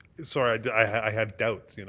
sorry, i have doubts, you know